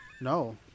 No